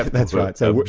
that's right, so but